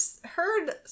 heard